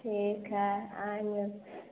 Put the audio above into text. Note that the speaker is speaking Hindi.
ठीक है आएँगे